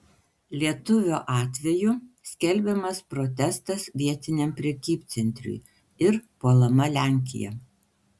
lietuvio atveju skelbiamas protestas vietiniam prekybcentriui ir puolama lenkija